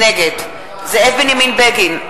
נגד זאב בנימין בגין,